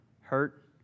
Hurt